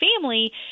family